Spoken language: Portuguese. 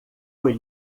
foi